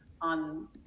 on